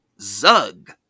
zug